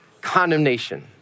condemnation